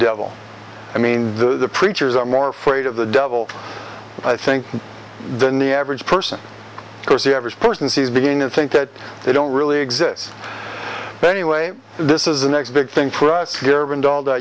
devil i mean the preachers are more afraid of the devil i think than the average person because the average person sees begin to think that they don't really exist but anyway this is the next big thing for us